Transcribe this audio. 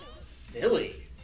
silly